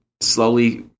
slowly